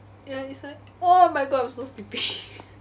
ya it's like oh my god I'm so sleepy